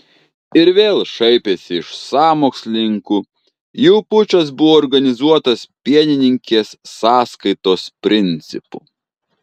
ir vėl šaipėsi iš sąmokslininkų jų pučas buvo organizuotas pienininkės sąskaitos principu